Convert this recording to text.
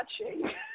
watching